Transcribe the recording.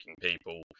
people